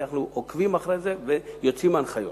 אנחנו עוקבים אחרי זה ויוצאות הנחיות.